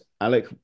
Alec